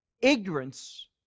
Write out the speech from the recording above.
ignorance